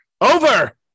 Over